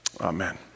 Amen